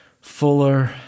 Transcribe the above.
fuller